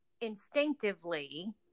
instinctively